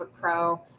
pro